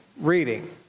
reading